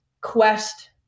quest